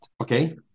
Okay